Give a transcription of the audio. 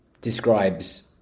describes